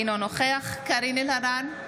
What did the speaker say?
אינו נוכח קארין אלהרר,